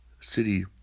city